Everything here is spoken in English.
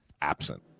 absent